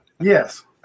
Yes